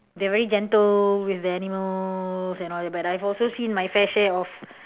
they are very gentle with the animals and all that but I've also seen my fair share of